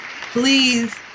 Please